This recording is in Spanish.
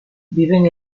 viven